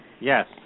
Yes